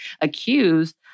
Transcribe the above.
accused